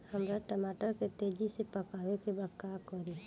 हमरा टमाटर के तेजी से पकावे के बा का करि?